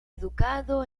educado